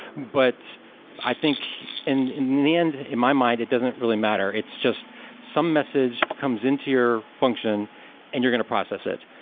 but i think in in the end, in my mind, it doesn't really matter. it's just some message comes in to your function and you're going to process it.